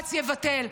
בג"ץ יבטל.